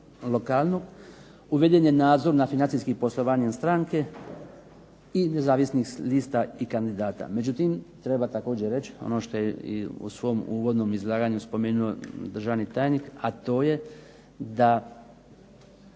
lokalnog. Uveden je nadzor nad financijskim poslovanjem stranke i nezavisnih lista i kandidata. Međutim, treba također reći ono što je u svom uvodnom izlaganju spomenuo državni tajnik, a to je da